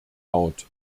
out